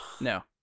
No